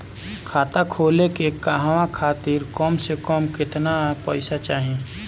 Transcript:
खाता खोले के कहवा खातिर कम से कम केतना पइसा चाहीं?